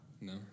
No